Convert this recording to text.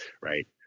right